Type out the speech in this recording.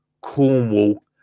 cornwall